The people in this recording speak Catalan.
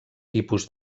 tipus